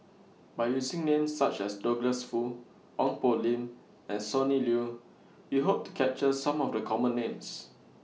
By using Names such as Douglas Foo Ong Poh Lim and Sonny Liew We Hope to capture Some of The Common Names